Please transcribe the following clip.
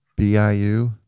biu